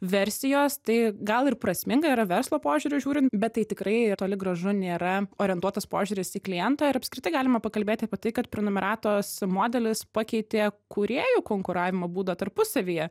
versijos tai gal ir prasminga yra verslo požiūriu žiūrint bet tai tikrai toli gražu nėra orientuotas požiūris į klientą ir apskritai galima pakalbėti apie tai kad prenumeratos modelis pakeitė kūrėjų konkuravimo būdą tarpusavyje